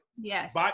Yes